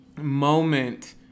moment